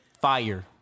fire